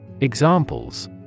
Examples